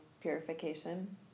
purification